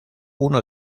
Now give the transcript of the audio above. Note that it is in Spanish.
uno